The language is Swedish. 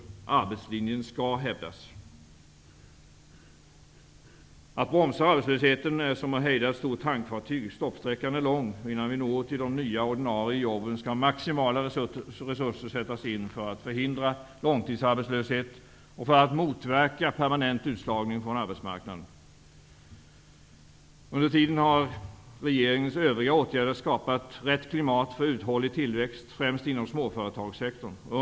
Arbetslinjen skall hävdas. Att bromsa arbetslösheten är som att hejda ett stort tankfartyg -- stoppsträckan är lång. Innan vi når fram till de nya, ordinarie jobben skall maximala resurser sättas in för att förhindra långtidsarbetslöshet och för att motverka permanent utslagning från arbetsmarknaden. Under tiden har regeringens övriga åtgärder, främst inom småföretagssektorn, skapat rätt klimat för uthållig tillväxt.